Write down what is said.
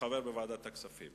כחבר בוועדת הכספים.